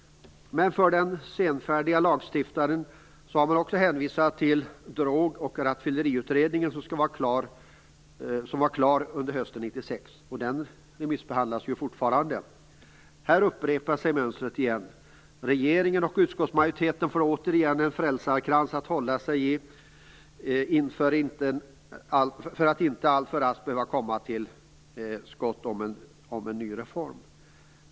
Men för den senfärdige lagstiftaren har man också hänvisat till Drograttfylleriutredningen som var klar under hösten 1996. Det betänkandet remissbehandlas fortfarande. Här upprepar sig mönstret igen. Regeringen och utskottsmajoriteten får återigen en frälsarkrans att hålla sig i för att inte allt för raskt behöva komma till skott om en ny reform.